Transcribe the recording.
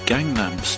Gangnam